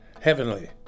Heavenly